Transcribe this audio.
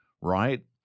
right